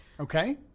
Okay